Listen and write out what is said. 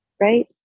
right